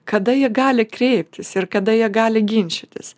kada jie gali kreiptis ir kada jie gali ginčytis